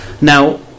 Now